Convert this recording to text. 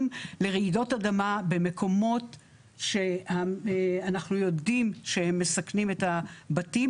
לרעידות אדמה במקומות שאנחנו יודעים שהם מסכנים את הבתים.